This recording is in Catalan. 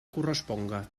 corresponga